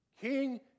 King